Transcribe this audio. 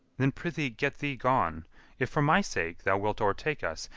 then pr'ythee get thee gone if for my sake thou wilt o'ertake us,